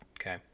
Okay